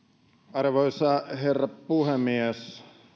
arvoisa herra puhemies